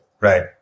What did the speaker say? Right